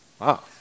Wow